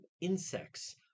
insects